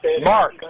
Mark